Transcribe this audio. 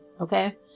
okay